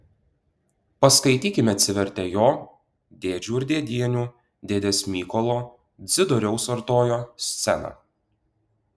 paskaitykime atsivertę jo dėdžių ir dėdienių dėdės mykolo dzidoriaus artojo sceną